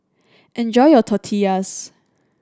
enjoy your Tortillas